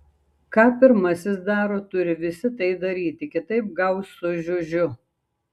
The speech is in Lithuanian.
ką pirmasis daro turi visi tai daryti kitaip gaus su žiužiu